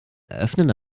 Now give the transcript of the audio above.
eröffnen